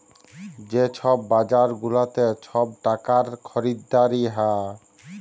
যে ছব বাজার গুলাতে ছব টাকার খরিদারি হ্যয়